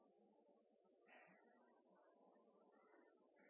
inne på her.